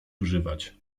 używać